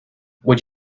would